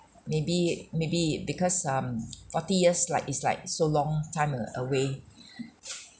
maybe maybe because um forty years like it's like so long time away